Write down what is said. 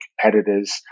competitors